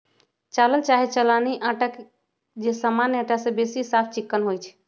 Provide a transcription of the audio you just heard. चालल चाहे चलानी अटा जे सामान्य अटा से बेशी साफ चिक्कन होइ छइ